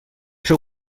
seu